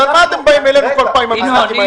אז על מה אתם באים אלינו כל פעם עם המספרים האלה?